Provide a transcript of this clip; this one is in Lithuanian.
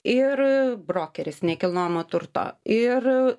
ir brokeris nekilnojamo turto ir